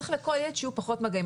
צריך שלכל ילד יהיו פחות מגעים.